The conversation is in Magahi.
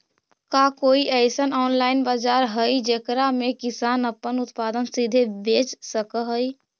का कोई अइसन ऑनलाइन बाजार हई जेकरा में किसान अपन उत्पादन सीधे बेच सक हई?